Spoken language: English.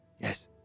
Yes